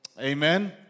Amen